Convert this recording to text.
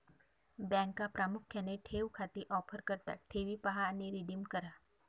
बँका प्रामुख्याने ठेव खाती ऑफर करतात ठेवी पहा आणि रिडीम करा